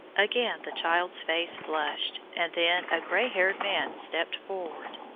again the child's face flushed, and then a grey-haired man stepped forward.